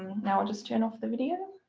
now we'll just turn off the video.